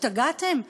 השתגעתם?